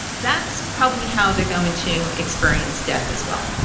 that's probably how they're going to experience death as well.